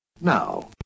now